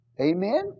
Amen